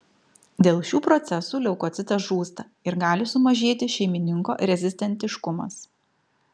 dėl šių procesų leukocitas žūsta ir gali sumažėti šeimininko rezistentiškumas